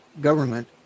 government